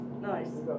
Nice